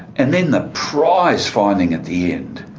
and then the prize finding at the end,